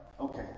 okay